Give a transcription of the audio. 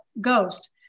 ghost